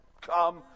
Come